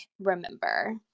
remember